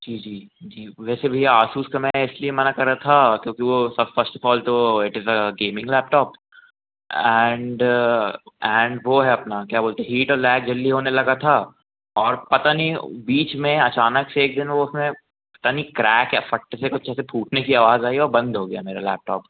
जी जी जी वैसे भैया आसुस का मैंने इसलिए माना करा था क्योंकि वो सब फर्स्ट ऑफ़ ऑल तो वो it is a gaming laptop and and वो है अपना क्या बोलते हीट और लैग जल्दी होने लगा था और पता नहीं बीच में अचानक से एक दिन उसमें पता नहीं क्रैक या फट से कुछ ऐसे फूटने की आवाज़ आई और बंद हो गया मेरा लैपटॉप